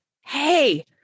Hey